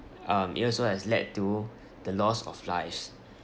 um it also has led to the loss of lives